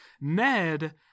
Ned